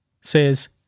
says